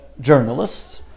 journalists